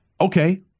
Okay